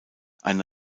eine